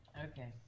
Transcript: Okay